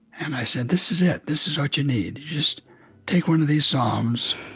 and i said, this is it. this is what you need. just take one of these psalms